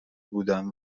بودم